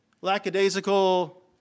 lackadaisical